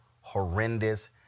horrendous